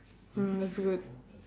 mm that's good